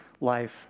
life